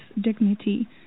dignity